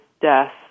death